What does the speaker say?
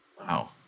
Wow